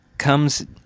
comes